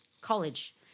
college